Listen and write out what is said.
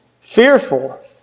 Fearful